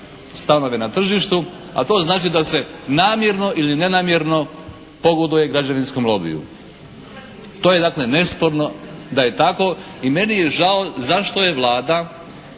stanove na tržištu a to znači da se namjerno ili nenamjerno pogoduje građevinskom lobiju. To je dakle nesporno da je tako. I meni je žao zašto je Vlada